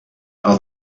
are